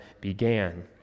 began